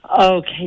Okay